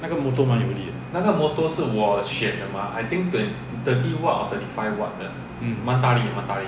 那个 motor 蛮有力的 mm